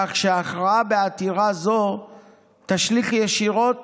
כך שההכרעה בעתירה זו תשליך ישירות